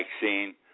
vaccine